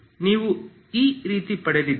ನೀವು ಈ ರೀತಿ ಪಡೆದಿದ್ದೀರಿ